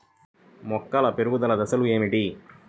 మొక్కల పెరుగుదల దశలు ఏమిటి?